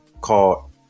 called